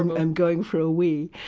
i'm i'm going for a wee